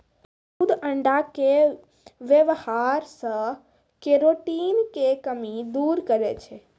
दूध अण्डा के वेवहार से केरोटिन के कमी दूर करै छै